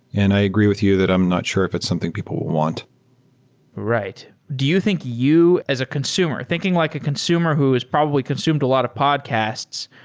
and i agree with you that i'm not sure if it's something people will want right. do you think you as a consumer, thinking like a consumer who has probably consumed a lot of podcasts,